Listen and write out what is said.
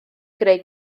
greu